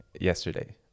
yesterday